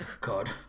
God